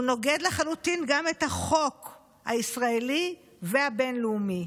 הוא נוגד לחלוטין גם את החוק הישראלי והבין-לאומי,